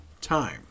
time